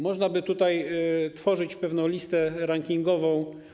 Można by stworzyć pewną listę rankingową.